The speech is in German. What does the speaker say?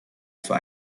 für